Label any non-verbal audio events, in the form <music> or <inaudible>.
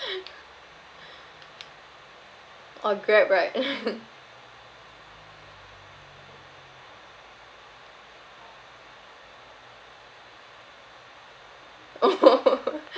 oh grab right <laughs> oh <laughs>